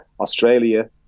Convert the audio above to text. Australia